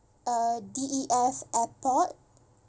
uh D E F airport